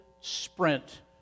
sprint